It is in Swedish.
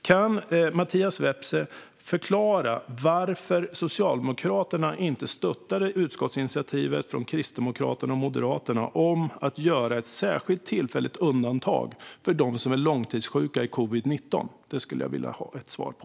Kan Mattias Vepsä förklara varför Socialdemokraterna inte stöttade utskottsinitiativet från Kristdemokraterna och Moderaterna om att göra ett särskilt tillfälligt undantag för dem som är långtidssjuka i covid-19? Detta vill jag gärna få svar på.